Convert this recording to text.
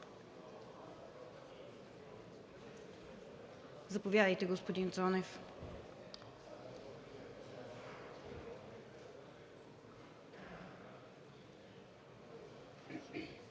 Заповядайте, господин Цонев.